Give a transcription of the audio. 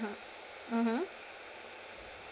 mm mmhmm